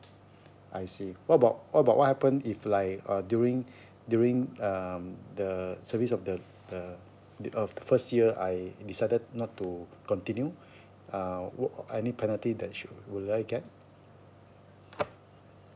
I see what about what about what happen if like uh during during um the service of the the uh first year I decided not to continue uh wha~ any penalty that should would I get